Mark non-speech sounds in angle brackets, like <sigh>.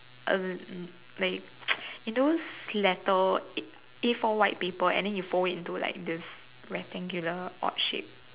uh like <noise> in those letter A A four white paper and then you fold into like this rectangular odd shape